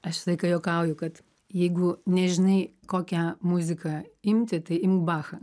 aš visą laiką juokauju kad jeigu nežinai kokią muziką imti tai imk bachą